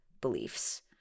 beliefs